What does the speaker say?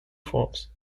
forms